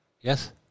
Yes